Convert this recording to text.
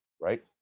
right